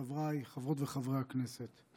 חבריי חברות וחברי הכנסת,